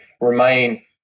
remain